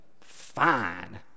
fine